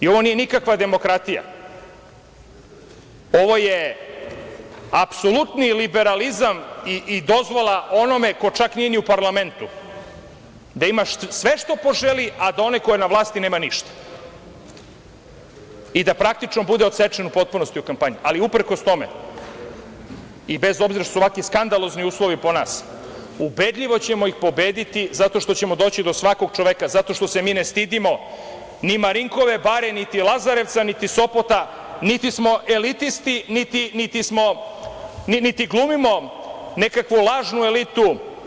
Ovo nije nikakva demokratija, ovo je apsolutni liberalizam i dozvola onome ko čak nije ni u parlamentu, da imaš sve što poželi, a da onaj ko je na vlasti, nema ništa, i da praktično bude odsečen u potpunosti u kampanji, ali uprkos tome, i bez obzira što su ovakvi skandalozni uslovi po nas, ubedljivo ćemo ih pobediti zato što ćemo doći do svakog čoveka i zato što se mi ne stidimo ni Marinkove bare, niti Lazarevca, niti Sopota, niti smo elitisti, niti glumimo nekakvu lažnu elitu.